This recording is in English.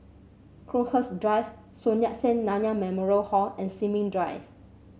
Crowhurst Drive Sun Yat Sen Nanyang Memorial Hall and Sin Ming Drive